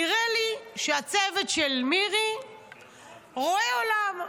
נראה לי שהצוות של מירי רואה עולם.